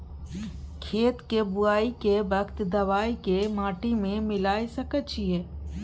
खेत के बुआई के वक्त दबाय के माटी में मिलाय सके छिये?